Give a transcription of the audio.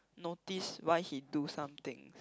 notice why he do something